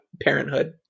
parenthood